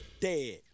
dead